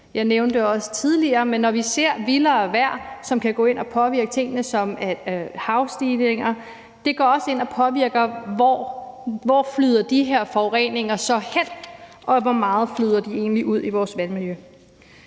Jeg nævnte det også tidligere, men vi ser vildere vejr, som kan gå ind og påvirke tingene. F.eks. går havstigninger også ind og påvirker, hvor de her forureninger flyder hen, og hvor meget de egentlig flyder ud i vores vandmiljø.